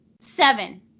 Seven